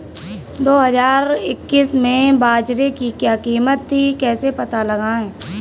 दो हज़ार इक्कीस में बाजरे की क्या कीमत थी कैसे पता लगाएँ?